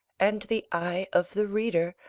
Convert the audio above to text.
and the eye of the reader,